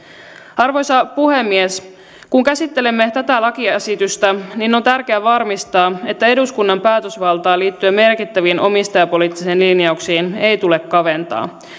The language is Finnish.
arvoisa puhemies kun käsittelemme tätä lakiesitystä on tärkeä varmistaa että eduskunnan päätösvaltaa liittyen merkittäviin omistajapoliittisiin linjauksiin ei tule kaventaa